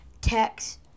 text